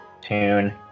tune